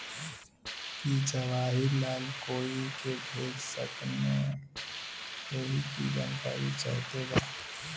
की जवाहिर लाल कोई के भेज सकने यही की जानकारी चाहते बा?